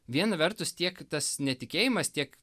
viena vertus tiek tas netikėjimas tiek